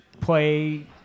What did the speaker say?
play